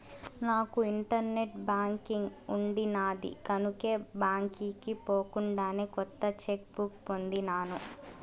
నాకు internet banking ఉండిన్నాది కనుకే బాంకీకి పోకుండానే కొత్త చెక్ బుక్ పొందినాను